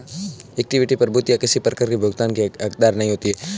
equity प्रभूतियाँ किसी प्रकार की भुगतान की हकदार नहीं होती